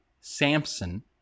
Samson